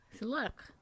Look